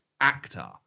actor